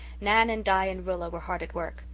nan and di and rilla were hard at work.